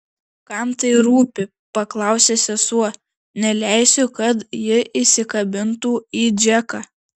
kam tai rūpi paklausė sesuo neleisiu kad ji įsikabintų į džeką